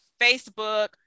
Facebook